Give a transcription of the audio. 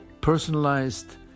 personalized